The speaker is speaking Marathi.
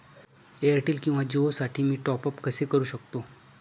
एअरटेल किंवा जिओसाठी मी टॉप ॲप कसे करु शकतो?